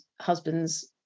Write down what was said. husbands